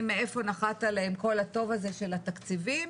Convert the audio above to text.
מאיפה נחת עליהן כל הטוב הזה של התקציבים,